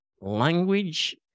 language